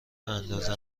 اندازه